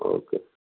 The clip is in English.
okay